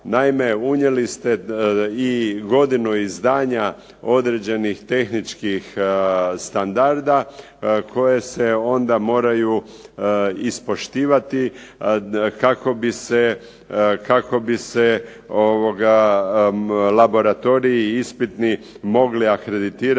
Naime, unijeli ste i godinu izdanja određenih tehničkih standarda koje se onda moraju ispoštivati kako bi se laboratoriji ispitni mogli akreditirati